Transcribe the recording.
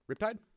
Riptide